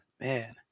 Man